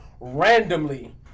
Randomly